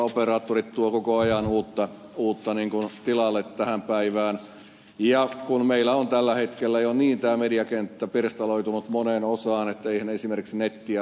operaattorit tuovat koko ajan uutta tilalle tähän päivään ja meillä on tällä hetkellä jo tämä mediakenttä pirstaloitunut niin moneen osaan että eihän esimerkiksi nettiä valvo enää kukaan